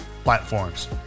platforms